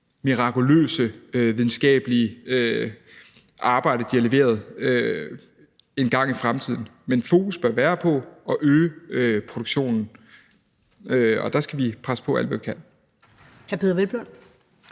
mirakuløse videnskabelige arbejde, de har leveret, engang i fremtiden. Men fokus bør være på at øge produktionen, og der skal vi presse på alt, hvad vi kan.